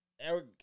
Eric